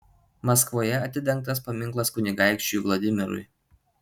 maskvoje atidengtas paminklas kunigaikščiui vladimirui